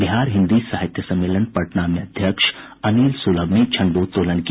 बिहार हिन्दी साहित्य सम्मेलन पटना में अध्यक्ष अनिल सुलभ ने झंडोत्तोलन किया